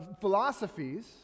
philosophies